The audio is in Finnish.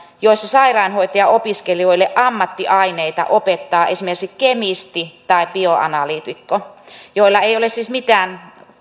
joissa sairaanhoitajaopiskelijoille ammattiaineita opettaa esimerkiksi kemisti tai bioanalyytikko joilla ei ole siis mitään